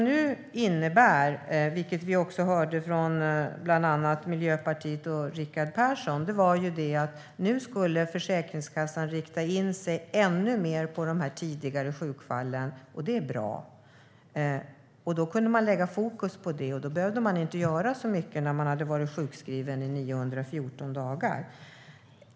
Nu ska Försäkringskassan rikta in sig mer på de tidiga sjukfallen, vilket vi också hörde från bland annat Miljöpartiet och Rickard Persson. Det är bra. Då kan man fokusera på det och behöver inte göra särskilt mycket när någon har varit sjukskriven i 914 dagar.